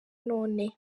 none